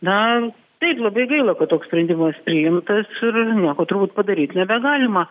na taip labai gaila kad toks sprendimas priimtas ir nieko turbūt padaryt nebegalima